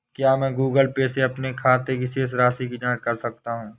क्या मैं Google pay से अपने खाते की शेष राशि की जाँच कर सकता हूँ?